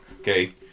Okay